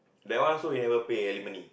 that one also we never pay alimony